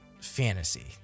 fantasy